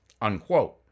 unquote